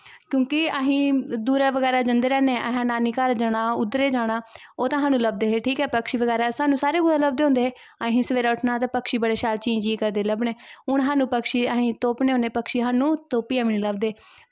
क्योंकि अस दूर बगैरा जंदे रैह्न्ने असें नानी घर बगैरा जानां उध्दरे गी जानां ओह् स्हानू लब्भदे हे ठीक ऐ पक्षी बगैरा स्हानू लब्भदे होंदे हे असें सवेरे उट्ठनां ते स्हानू पक्षी बगैरा शैल चीं चीं करदे लब्भनें हून स्हानू पक्षी अस तुप्पनें होनें पक्षी स्हानू तुप्पियै बी नी लब्भदे